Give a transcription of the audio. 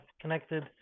connected